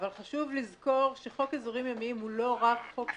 אבל חשוב לזכור שחוק אזורים ימיים הוא לא רק חוק סביבתי.